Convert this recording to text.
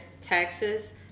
taxes